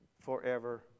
forever